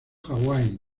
hawái